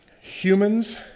Humans